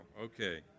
Okay